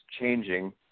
changing